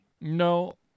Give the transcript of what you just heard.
no